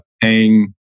paying